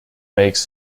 makes